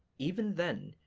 even then,